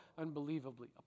unbelievably